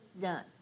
done